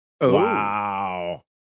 Wow